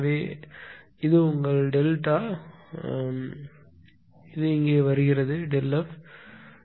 எனவே இது உங்கள் டெல்டா அதே விஷயம் எனவே இது இங்கே வருகிறது Δf இங்கிருந்து வருகிறது